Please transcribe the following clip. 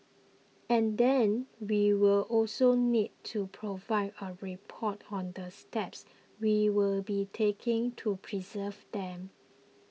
and then we will also need to provide a report on the steps we will be taking to preserve them